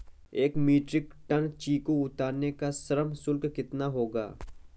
एक metric ton चीकू उतारने का श्रम शुल्क कितना होगा?